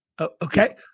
Okay